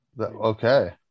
Okay